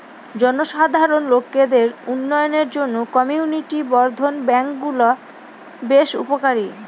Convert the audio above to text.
জনসাধারণ লোকদের উন্নয়নের জন্য কমিউনিটি বর্ধন ব্যাঙ্কগুলা বেশ উপকারী